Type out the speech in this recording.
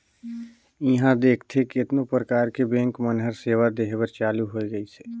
इहां देखथे केतनो परकार के बेंक मन हर सेवा देहे बर चालु होय गइसे